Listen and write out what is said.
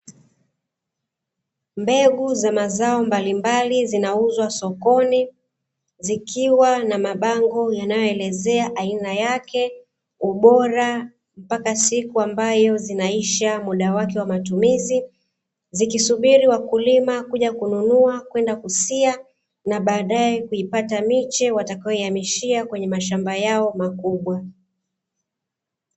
Mbegu za mazao mbalimbali zinauzwa sokoni, zikiwa na mabango yanayoelezea aina yake, ubora, mpaka siku ambayo zinaisha muda wake wa matumizi. Zikisubiri wakulima, kuja kununua kwenda kusia, na baadae kuipata miche watakayoihamishia kwenye mashamba yao makubwa.